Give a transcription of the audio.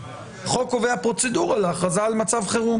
החוק קובע פרוצדורה להכרזה על מצב חירום